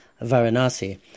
Varanasi